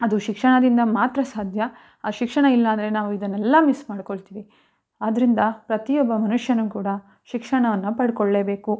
ಅದು ಶಿಕ್ಷಣದಿಂದ ಮಾತ್ರ ಸಾಧ್ಯ ಆ ಶಿಕ್ಷಣ ಇಲ್ಲ ಅಂದರೆ ನಾವು ಇದನ್ನೆಲ್ಲಾ ಮಿಸ್ ಮಾಡಿಕೊಳ್ತೀವಿ ಆದ್ದರಿಂದ ಪ್ರತಿಯೊಬ್ಬ ಮನುಷ್ಯನೂ ಕೂಡ ಶಿಕ್ಷಣವನ್ನು ಪಡ್ಕೊಳ್ಳೇಬೇಕು